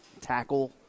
tackle